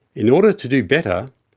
in order to do better,